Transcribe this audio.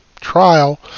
trial